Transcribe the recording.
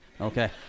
okay